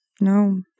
no